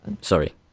Sorry